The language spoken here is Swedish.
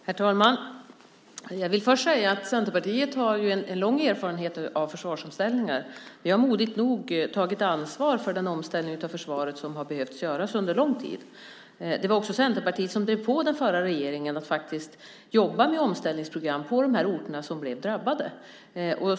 Herr talman! Jag vill först säga att Centerpartiet har en lång erfarenhet av försvarsomställningar. Vi har modigt nog tagit ansvar för den omställning av försvaret som har behövt göras under lång tid. Det var också Centerpartiet som drev på den förra regeringen och faktiskt jobbade med omställningsprogram på de orter som blev drabbade.